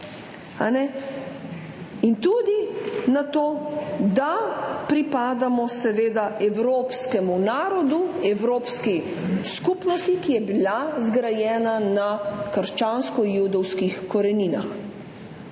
In tudi na to, da pripadamo evropskemu narodu, evropski skupnosti, ki je bila zgrajena na krščansko-judovskih koreninah.